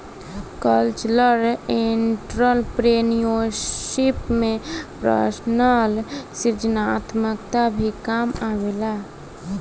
cultural entrepreneurship में personal सृजनात्मकता भी काम आवेला